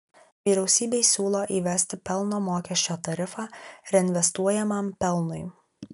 vyriausybei siūlo įvesti pelno mokesčio tarifą reinvestuojamam pelnui